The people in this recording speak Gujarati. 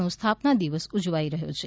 નો સ્થાપના દિવસ ઉજવાઇ રહ્યો છે